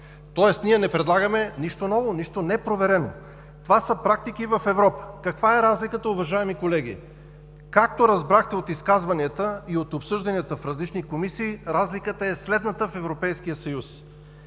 Тоест, ние не предлагаме нищо ново, нищо непроверено. Това са практики в Европа. Каква е разликата, уважаеми колеги? Както разбрахте от изказванията и от обсъжданията в различни комисии, разликата е следната в Европейския съюз: